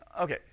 Okay